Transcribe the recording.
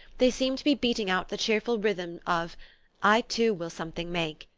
they seemed to be beating out the cheerful rhythm of i too will something make,